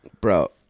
Bro